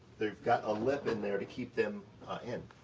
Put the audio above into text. they've got a lip in there to keep them in,